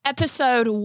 Episode